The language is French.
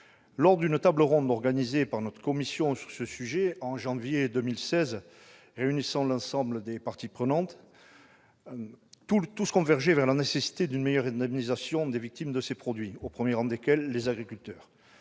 Lors d'une table ronde organisée par notre commission sur ce sujet, en janvier 2016, réunissant l'ensemble des parties prenantes, tous les acteurs convergeaient vers la nécessité d'assurer une meilleure indemnisation des victimes de ces produits, au premier rang desquels les agriculteurs.